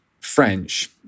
French